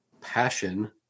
passion